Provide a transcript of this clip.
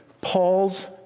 Paul's